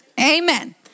Amen